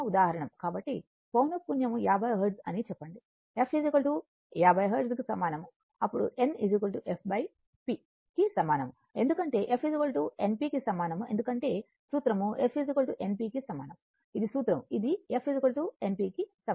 కాబట్టి frequency 50 hertz అని చెప్పండి f 50 హెర్ట్జ్ కు సమానం అప్పుడు n fp కి సమానం ఎందుకంటే f np కి సమానం ఎందుకంటే సూత్రం f np కి సమానం ఇది సూత్రం ఇది f np కు సమానం